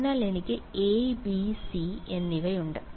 അതിനാൽ എനിക്ക് a b c എന്നിവയുണ്ട്